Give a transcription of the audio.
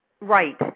Right